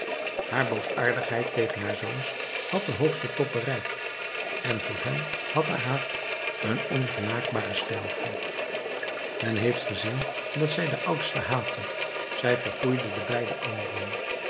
haar boosaardigheid tegen haar zoons had den hoogsten top bereikt en voor hen had haar hart een ongenaakbare steilte men heeft gezien dat zij den oudsten haatte zij verfoeide de beide anderen